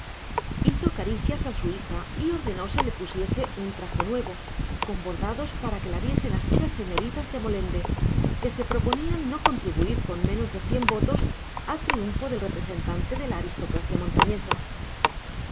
hizo caricias a su hija y ordenó se le pusiese un traje nuevo con bordados para que la viesen así las señoritas de molende que se proponían no contribuir con menos de cien votos al triunfo del representante de la aristocracia montañesa